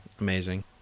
amazing